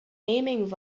naming